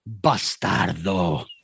Bastardo